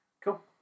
Cool